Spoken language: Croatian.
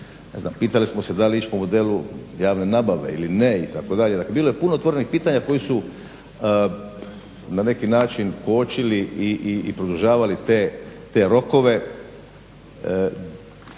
Pitali smo se da li ići po modelu javne nabave ili ne itd., dakle bilo je puno otvorenih pitanja koja su na neki način kočili i produžavali te rokove